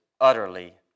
utterly